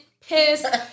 piss